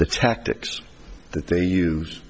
the tactics that they use